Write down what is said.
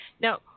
Now